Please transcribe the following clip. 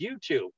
YouTube